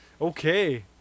Okay